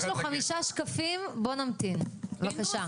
יש לו חמישה שקפים, בואו נמתין, בבקשה.